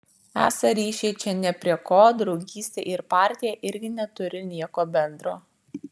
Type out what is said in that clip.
esą ryšiai čia nė prie ko draugystė ir partija irgi neturi nieko bendro